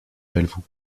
pelvoux